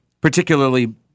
particularly